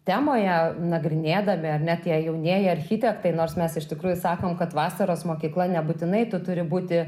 temoje nagrinėdami ar net jei jaunieji architektai nors mes iš tikrųjų sakom kad vasaros mokykla nebūtinai tu turi būti